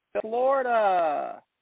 Florida